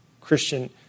Christian